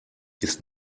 ist